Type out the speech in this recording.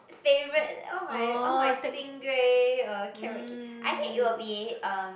favourite oh my oh my stringray or carrot-cake I think it will be um